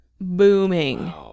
booming